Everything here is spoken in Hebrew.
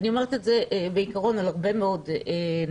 ואני אומרת את זה בעיקרון על הרבה מאוד נושאים,